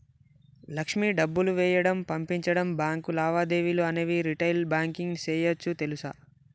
లక్ష్మి డబ్బులు వేయడం, పంపించడం, బాంకు లావాదేవీలు అనేవి రిటైల్ బాంకింగ్ సేయోచ్చు తెలుసా